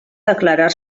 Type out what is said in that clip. declarar